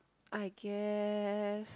I guess